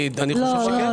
לא.